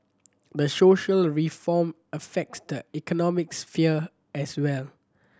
the social reform affects the economic sphere as well